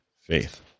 faith